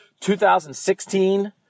2016